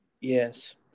Yes